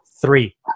three